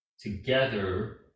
Together